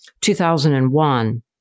2001